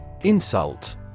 Insult